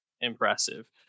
impressive